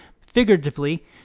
Figuratively